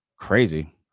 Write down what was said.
crazy